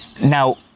Now